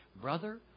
Brother